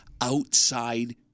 outside